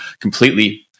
completely